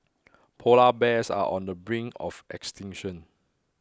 Polar Bears are on the brink of extinction